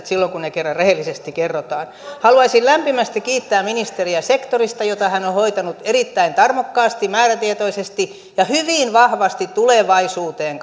silloin kun ne kerran rehellisesti kerrotaan haluaisin lämpimästi kiittää ministeriä sektorista jota hän on on hoitanut erittäin tarmokkaasti määrätietoisesti ja hyvin vahvasti tulevaisuuteen